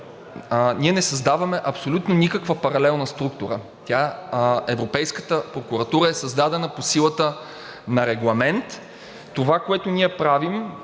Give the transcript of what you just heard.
Ние не създаваме абсолютно никаква паралелна структура, Европейската прокуратура е създадена по силата на регламент. Това, което ние правим,